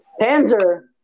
Panzer